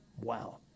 Wow